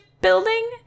building